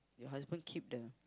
my husband keep them